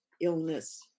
illness